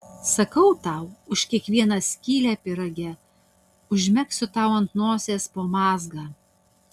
sakau tau už kiekvieną skylę pyrage užmegsiu tau ant nosies po mazgą